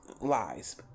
lies